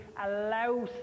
allow